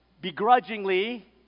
Begrudgingly